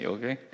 Okay